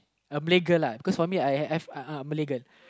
a Malay girl lah because normally I I I've Malay girl